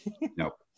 Nope